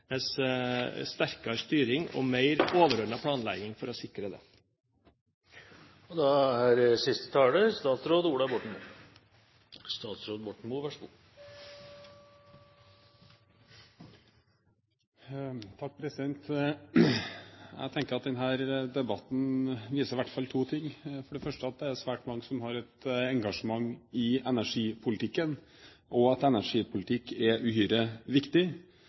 kreves sterkere styring og mer overordnet planlegging for å sikre det. Jeg tenker at denne debatten i hvert fall viser to ting – for det første at det er svært mange som har et engasjement i energipolitikken, og at energipolitikk er uhyre viktig,